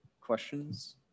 questions